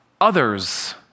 Others